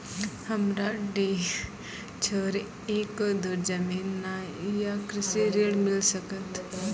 हमरा डीह छोर एको धुर जमीन न या कृषि ऋण मिल सकत?